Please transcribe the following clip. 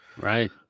Right